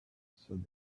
said